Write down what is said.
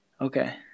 Okay